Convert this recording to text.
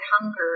hunger